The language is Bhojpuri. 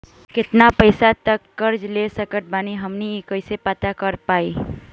केतना पैसा तक कर्जा ले सकत बानी हम ई कइसे पता कर पाएम?